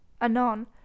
Anon